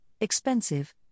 expensive